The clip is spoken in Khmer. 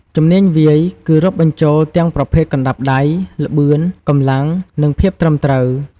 ជំនាញវាយគឺ រាប់បញ្ចូលទាំងប្រភេទកណ្តាប់ដៃ ល្បឿន កម្លាំង និងភាពត្រឹមត្រូវ។